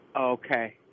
Okay